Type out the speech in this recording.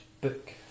book